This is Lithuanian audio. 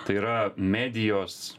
tai yra medijos